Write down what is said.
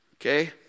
Okay